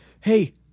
hey